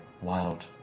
Wild